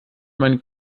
meinen